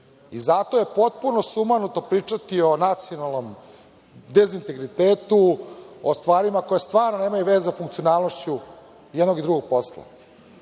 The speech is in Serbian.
Zato je potpuno sumanuto pričati o nacionalnom dezintegritetu, o stvarima koje stvarno nemaju veze sa funkcionalnošću jednog i drugog posla. Jedan